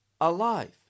alive